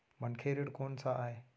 मनखे ऋण कोन स आय?